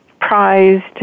prized